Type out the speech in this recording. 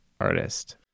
artist